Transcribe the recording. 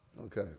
Okay